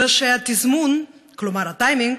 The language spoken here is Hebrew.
אלא שהתזמון, כלומר הטיימינג,